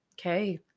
okay